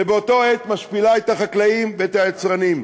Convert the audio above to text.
ובאותה עת משפילה את החקלאים ואת היצרנים.